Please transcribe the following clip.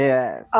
Yes